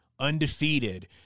Undefeated